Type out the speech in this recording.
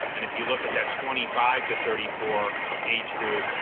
and if you look at that twenty five to thirty four age group,